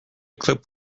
clip